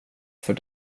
för